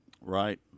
Right